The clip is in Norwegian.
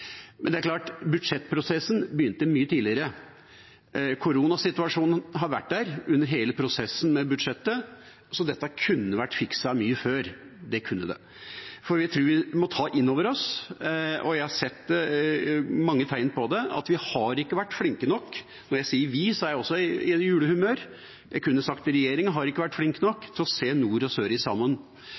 Men det er klart: Budsjettprosessen begynte mye tidligere. Koronasituasjonen har vært der under hele prosessen med budsjettet, så dette kunne vært fikset mye før, det kunne det. For jeg tror vi må ta inn over oss, og jeg har sett mange tegn på det, at vi har ikke vært flinke nok – når jeg sier «vi», er jeg også i julehumør; jeg kunne sagt at regjeringa har ikke vært flinke nok – til å se nord og sør sammen. Vi må nesten også se dette litt i